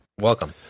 Welcome